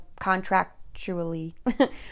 contractually